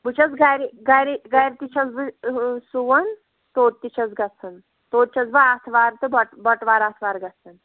بہٕ چھَس گَرے گَرے گَرِ تہِ چھَس بہٕ سُوان توٚت تہِ چھَس گژھان توٚت چھَس بہٕ آتھوار تہٕ بٹ بٹہٕ وار آتھوار گژھان